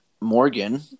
Morgan